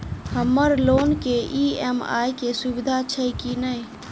हम्मर लोन केँ ई.एम.आई केँ सुविधा छैय की नै?